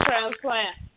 transplant